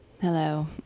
Hello